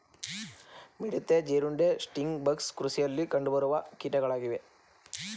ಮಿಡತೆ, ಜೀರುಂಡೆ, sting bugs ಕೃಷಿಯಲ್ಲಿ ಕಂಡುಬರುವ ಕೀಟಗಳಾಗಿವೆ